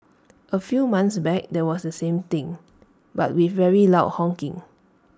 A few months back there was A same thing but with very loud honking